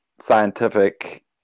scientific